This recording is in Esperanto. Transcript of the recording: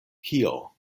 kio